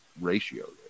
ratio